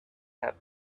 have